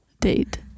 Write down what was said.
Date